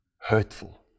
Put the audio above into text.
hurtful